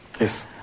Yes